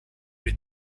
les